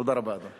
תודה רבה, אדוני.